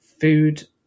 food